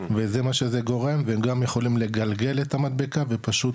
וזה מה שזה גורם וגם יכולים לגלגל את המדבקה ופשוט,